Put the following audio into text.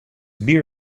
beer